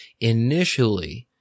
initially